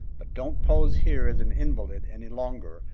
but don't pose here as an invalid any longer,